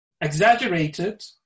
exaggerated